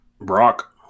Brock